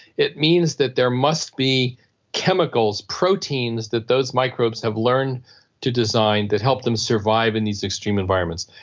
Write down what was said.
it means that there must be chemicals, proteins that those microbes have learned to design that help them survive in these extreme environments.